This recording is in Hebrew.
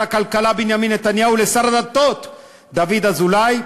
הכלכלה בנימין נתניהו לשר לשירותי דת דוד אזולאי.